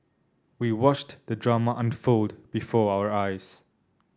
we watched the drama unfold before our eyes